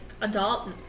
adult